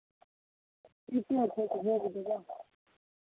ठीके छै तऽ भेज देबह